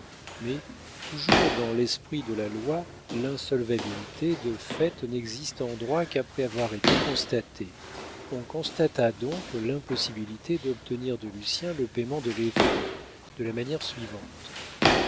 mais toujours dans l'esprit de la loi l'insolvabilité de fait n'existe en droit qu'après avoir été constatée on constata donc l'impossibilité d'obtenir de lucien le payement de l'effet de la manière suivante